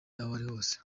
hose